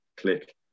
click